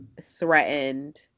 threatened